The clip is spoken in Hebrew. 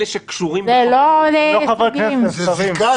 זה לא --- זה זיקה,